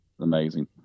amazing